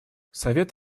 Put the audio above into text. совет